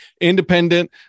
independent